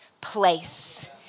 place